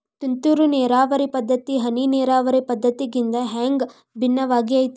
ತುಂತುರು ನೇರಾವರಿ ಪದ್ಧತಿ, ಹನಿ ನೇರಾವರಿ ಪದ್ಧತಿಗಿಂತ ಹ್ಯಾಂಗ ಭಿನ್ನವಾಗಿ ಐತ್ರಿ?